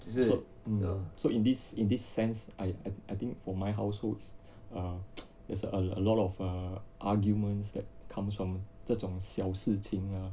so hmm in this in this sense I I I think for my household is there's a lot of err arguments that comes from 这种小事情啊